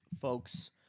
folks